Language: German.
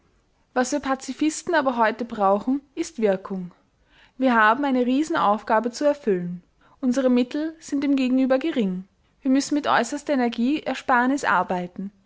was wir pazifisten aber heute brauchen ist wirkung wir haben eine riesenaufgabe zu erfüllen unsere mittel sind dem gegenüber gering wir müssen mit äußerster energieersparnis arbeiten